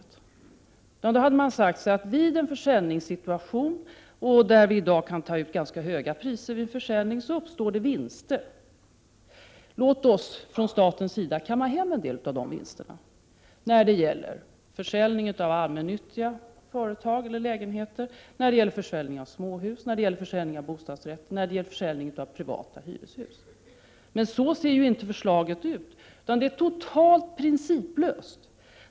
Då hade regeringen sagt att det vid en försäljningssituation, där man i dag kan ta ut ganska höga priser, uppstår vinster och att regeringen vill låta staten kamma hem en del av dessa vinster när det gäller försäljning av allmännyttiga företag eller lägenheter, småhus, bostadsrätter eller privata hyreshus. Men så ser inte förslaget ut. Förslaget är totalt principlöst.